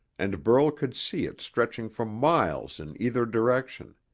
and burl could see it stretching for miles in either direction.